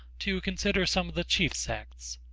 to consider some of the chief sects.